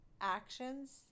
actions